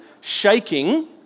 shaking